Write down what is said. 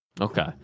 okay